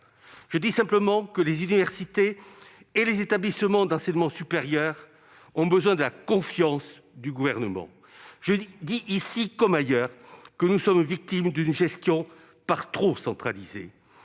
Je dis simplement que les universités et les établissements d'enseignement supérieur ont besoin de la confiance du Gouvernement. Je dis qu'ici comme ailleurs nous sommes victimes d'une gestion par trop centralisée.